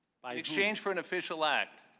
exchange for an official act?